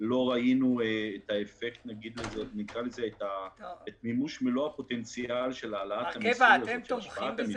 מר גבע, אתם תומכים בזה?